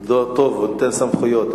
הוא נותן סמכויות.